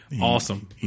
Awesome